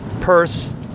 purse